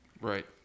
Right